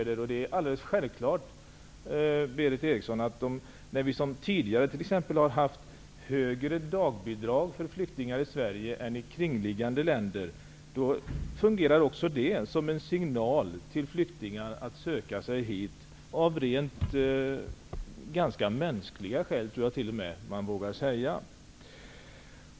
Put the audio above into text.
Det är alldeles självklart, Berith Eriksson, att när Sverige tidigare hade högre dagbidrag till flyktingar än kringliggande länder, fungerar det som en signal till flyktingar att söka sig hit av rent mänskliga skäl -- tror jag t.o.m. att man vågar säga.